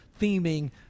theming